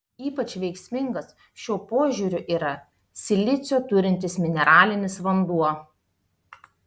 ypač veiksmingas šiuo požiūriu yra silicio turintis mineralinis vanduo